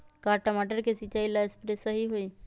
का टमाटर के सिचाई ला सप्रे सही होई?